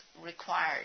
required